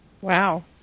Wow